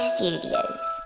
Studios